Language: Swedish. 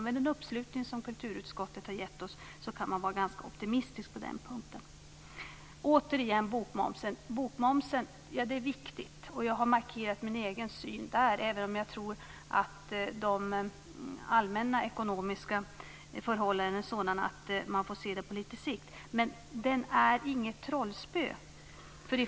Med den uppslutning som kulturutskottet har gett oss kan man vara ganska optimistisk på den punkten. Jag vill återigen säga att bokmomsen är viktig. Jag har markerat min egen syn, även om jag tror att de allmänna ekonomiska förhållandena är sådana att man får se detta på litet sikt. Men bokmomsen är inget trollspö.